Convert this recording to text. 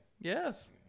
Yes